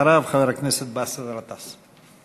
אחריו, חבר הכנסת באסל גטאס.